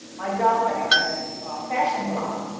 my daughter has a fashion blog.